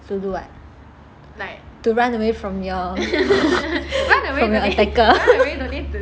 to do what to run away from your from your attacker